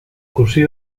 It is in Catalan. cosí